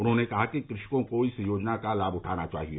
उन्होंने कहा कि कृषकों को इस योजना का लाभ उठाना चाहिए